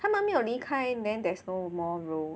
他们没有离开 then there's no more room